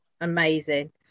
amazing